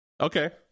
Okay